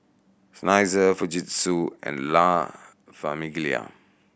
Seinheiser Fujitsu and La Famiglia